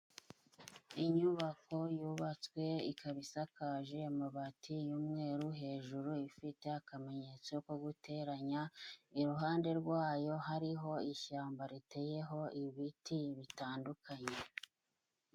Inyubako yubatswe ikaba isakaje amabati y'umweru hejuru ifite akamenyetso ko guteranya, iruhande rwayo hariho ishyamba riteyeho ibiti bitandukanye.